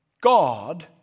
God